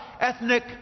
ethnic